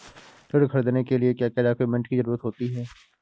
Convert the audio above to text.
ऋण ख़रीदने के लिए क्या क्या डॉक्यूमेंट की ज़रुरत होती है?